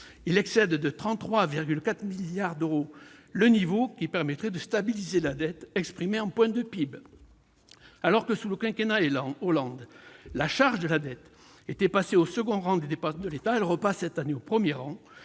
Il excède de 33,4 milliards d'euros le niveau qui permettrait de stabiliser la dette exprimée en points de PIB. Alors que, sous le quinquennat Hollande, la charge de la dette était passée au second rang des dépenses de l'État, elle repasse, cette année, au premier rang,